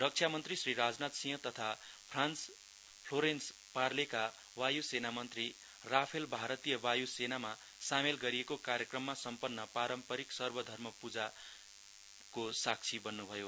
रक्षा मन्त्री श्री राजनाथ सिंह तथा France Florence पार्लेका वायू सेना मन्त्री राफेल भारतीय वायु सेनामा सामेल गरिएको कार्यक्रममा सम्पन्न पारम्परिक सर्व धर्म प्रराको साक्षी बन्नभयो